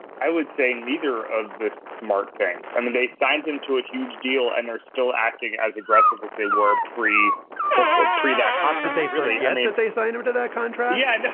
i would say neither of the smart thing i mean they signed him to a huge deal and they're still acting as aggressive if they were pre but so ah pre that contract they've really and that they signed him to that contract yeah. and